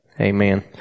Amen